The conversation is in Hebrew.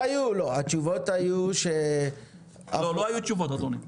התשובות היו -- לא היו תשובות, אדוני.